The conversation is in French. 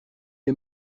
est